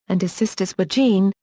and his sisters were jean,